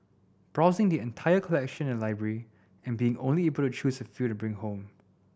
browsing the entire collection in the library and being only able to choose a few to bring home